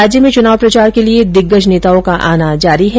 राज्य में चुनाव प्रचार के लिए दिग्गज नेताओं का आना जारी है